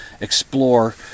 explore